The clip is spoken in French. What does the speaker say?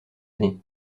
année